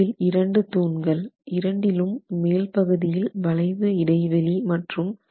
இதில் இரண்டு தூண்கள் இரண்டிலும் மேல் பகுதியில் வளைவு இடைவெளி மற்றும் விரிவாக்கம் இருக்கிறது